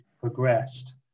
progressed